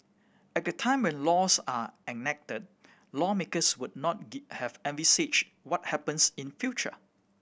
at the time when laws are enacted lawmakers would not did have envisaged what happens in future